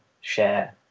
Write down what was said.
share